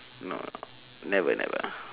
no never never